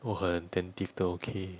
我很 attentive 的 okay